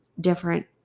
different